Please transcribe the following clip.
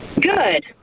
Good